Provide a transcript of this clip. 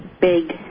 big